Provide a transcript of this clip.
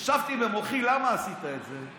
חשבתי במוחי למה עשית את זה.